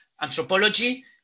Anthropology